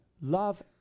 Love